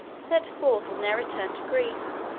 set forth on their return to greece,